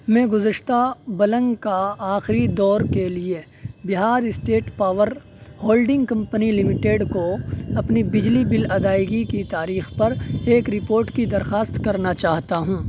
میں گزشتہ بلنگ کا آخری دور کے لیے Bihar state power holding company limited کو اپنی بجلی بل ادائیگی کی تاریخ پر ایک رپورٹ کی درخواست کرنا چاہتا ہوں